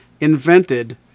invented